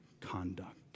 conduct